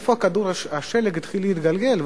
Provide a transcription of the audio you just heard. איפה כדור השלג הזה התחיל להתגלגל?